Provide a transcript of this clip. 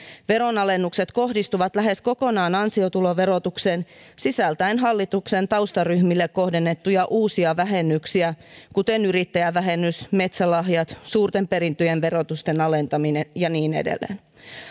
veronalennukset kohdistuvat lähes kokonaan ansiotuloverotukseen sisältäen hallituksen taustaryhmille kohdennettuja uusia vähennyksiä kuten yrittäjävähennys metsälahjat suurten perintöjen verotusten alentaminen ja niin edelleen